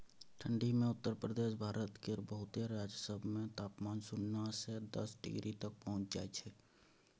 ठंढी मे उत्तर भारत केर बहुते राज्य सब मे तापमान सुन्ना से दस डिग्री तक पहुंच जाइ छै